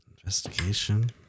Investigation